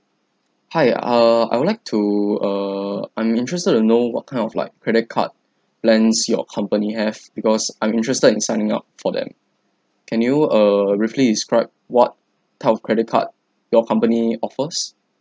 hi err I would like to err I'm interested to know what kind of like credit card plans your company have because I'm interested in signing up for them can you err briefly describe what type of credit card your company offers